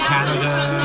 Canada